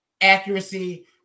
accuracy